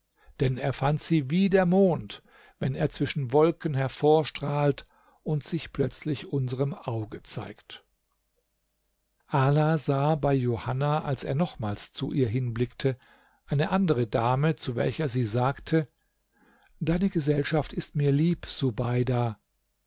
denn er fand sie wie der mond wenn er zwischen wolken hervorstrahlt und sich plötzlich unserm auge zeigt ala sah bei johanna als er nochmals zu ihr hinblickte eine andere dame zu welcher sie sagte deine gesellschaft ist mir lieb subeida